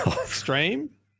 stream